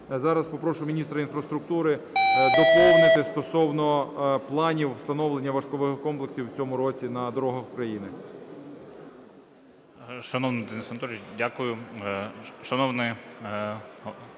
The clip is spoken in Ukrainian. зараз попрошу міністра інфраструктури доповнити стосовно планів встановлення важковагових комплексів в цьому році на дорогах України.